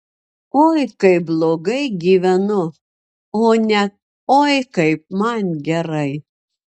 oi kaip blogai gyvenu o ne oi kaip man gerai